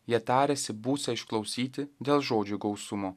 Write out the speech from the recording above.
jie tariasi būsią išklausyti dėl žodžių gausumo